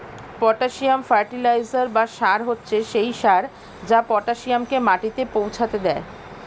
potassium fertiliser বা সার হচ্ছে সেই সার যা পটাসিয়ামকে মাটিতে পৌঁছাতে দেয়